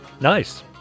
Nice